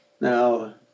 Now